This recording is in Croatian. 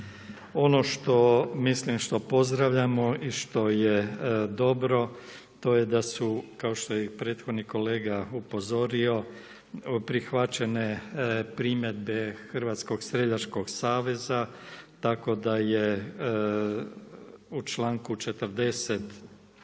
Ono što mislim, što pozdravljamo i što je dobro, to je da su kao što je i prethodni kolega upozorio, prihvaćene primjedbe Hrvatskog streljačkog saveza tako da je u članku 40.